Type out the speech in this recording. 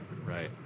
right